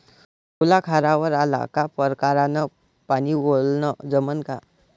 सोला खारावर आला का परकारं न पानी वलनं जमन का?